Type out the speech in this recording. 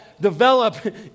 develop